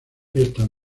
estas